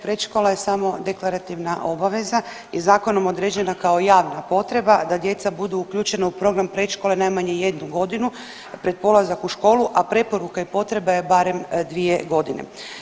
Predškola je samo deklarativna obaveza i zakonom određena kao javna potreba da djeca butu uključena u program predškole najmanje jednu godinu pred polazak u školu, a preporuka i potreba je barem dvije godine.